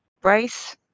Bryce